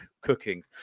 cooking